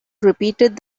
repeated